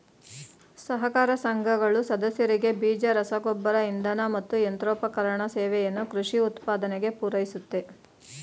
ಸಹಕಾರ ಸಂಘಗಳು ಸದಸ್ಯರಿಗೆ ಬೀಜ ರಸಗೊಬ್ಬರ ಇಂಧನ ಮತ್ತು ಯಂತ್ರೋಪಕರಣ ಸೇವೆಯನ್ನು ಕೃಷಿ ಉತ್ಪಾದನೆಗೆ ಪೂರೈಸುತ್ತೆ